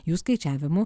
jų skaičiavimu